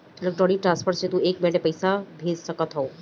electronic transfer से तू एक मिनट के भीतर पईसा भेज सकत हवअ